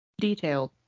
detailed